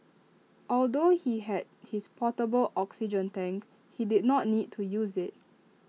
although he had his portable oxygen tank he did not need to use IT